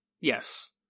Yes